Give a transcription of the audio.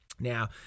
Now